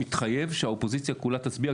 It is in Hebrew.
מתחייב שהאופוזיציה כולה תצביע,